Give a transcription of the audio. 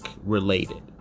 related